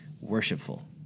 worshipful